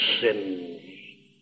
sins